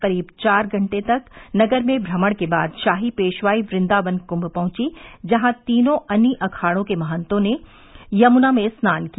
करीब चार घटे तक नगर में भ्रमण के बाद शाही पेशवाई वन्दावन कुम पहुंची जहां तीनों अनी अखाड़ों के महत्तों ने यमुना में स्नान किया